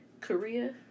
Korea